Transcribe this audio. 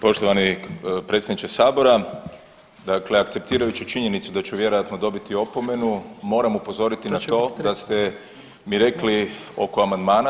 Poštovani predsjedniče Sabora, dakle akceptirajući činjenicu da ću vjerojatno dobiti opomenu moram upozoriti na to da ste mi rekli oko amandmana.